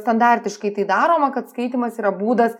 standartiškai tai daroma kad skaitymas yra būdas